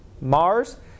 Mars